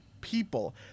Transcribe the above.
people